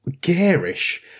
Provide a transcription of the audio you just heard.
garish